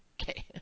Okay